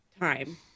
time